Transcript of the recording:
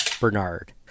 Bernard